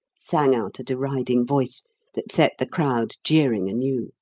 sang out a deriding voice that set the crowd jeering anew.